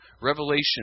Revelation